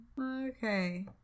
Okay